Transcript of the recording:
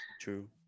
True